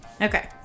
Okay